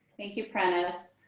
thank you, prentice.